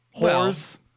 Whores